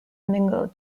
mingled